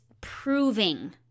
proving